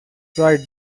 right